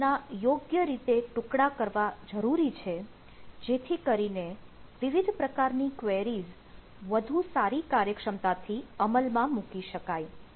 તો તેના યોગ્ય રીતે ટુકડા કરવા જરૂરી છે જેથી કરીને વિવિધ પ્રકારની ક્વેરીઝ વધુ સારી કાર્યક્ષમતા થી અમલમાં મૂકી શકાય